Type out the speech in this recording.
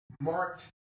marked